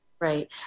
Right